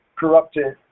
corrupted